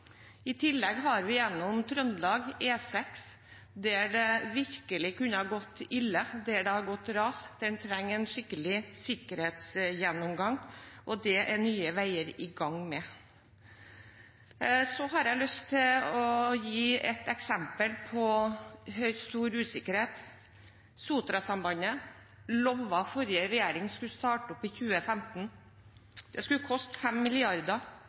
I tillegg har vi E6 gjennom Trøndelag, der det virkelig kunne gått ille, der det har gått ras, og der man trenger en skikkelig sikkerhetsgjennomgang. Det er Nye Veier i gang med. Så har jeg lyst til å gi et eksempel på stor usikkerhet. Forrige regjering lovet at Sotrasambandet skulle starte opp i 2015. Det skulle koste